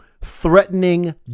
threatening